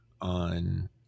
on